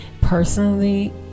personally